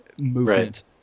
movement